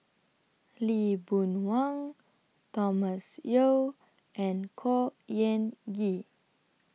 Lee Boon Wang Thomas Yeo and Khor Ean Ghee